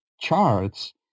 charts